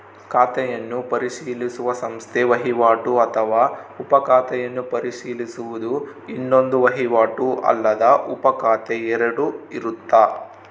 ಖಾತೆಯನ್ನು ಪರಿಶೀಲಿಸುವ ಸಂಸ್ಥೆ ವಹಿವಾಟು ಅಥವಾ ಉಪ ಖಾತೆಯನ್ನು ಪರಿಶೀಲಿಸುವುದು ಇನ್ನೊಂದು ವಹಿವಾಟು ಅಲ್ಲದ ಉಪಖಾತೆ ಎರಡು ಇರುತ್ತ